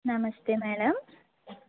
నమస్తే మేడం